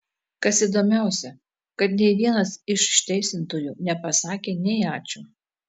kas įdomiausią kad nei vienas iš išteisintųjų nepasakė nei ačiū